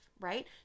right